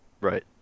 Right